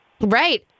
Right